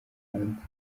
hanze